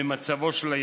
ממצבו של הילד.